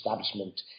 establishment